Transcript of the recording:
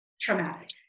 traumatic